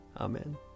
Amen